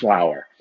flower,